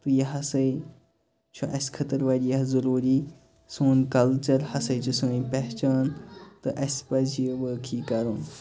تہٕ یہِ ہساے چھُ اَسہِ خٲطرٕ واریاہ ضروٗری سون کَلچَر ہسا چھِ سٲنۍ پہچان تہٕ اَسہِ پَزِ یہِ وٲقعی کَرُن